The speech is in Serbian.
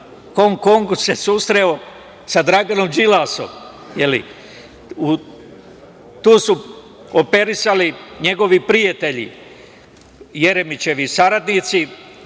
Hong Kongu se susreo sa Draganom Đilasom, je li? Tu su operisali njegovi prijatelji, Jeremićevi saradnici